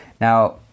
now